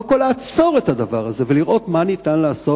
קודם כול לעצור את הדבר הזה ולראות מה ניתן לעשות,